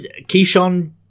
Keyshawn